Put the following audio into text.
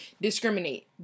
discriminate